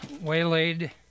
waylaid